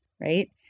right